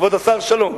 כבוד השר שלום,